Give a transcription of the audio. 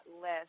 list